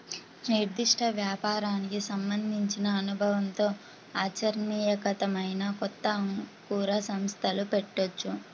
నిర్దిష్ట వ్యాపారానికి సంబంధించిన అనుభవంతో ఆచరణీయాత్మకమైన కొత్త అంకుర సంస్థలు పెట్టొచ్చు